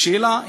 השאלה,